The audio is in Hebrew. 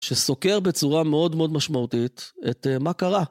שסוקר בצורה מאוד מאוד משמעותית את מה קרה.